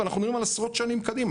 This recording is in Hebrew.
ואנחנו מדברים על עשרות שנים קדימה,